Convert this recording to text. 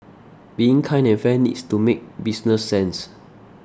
being kind and fair needs to make business sense